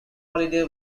holiday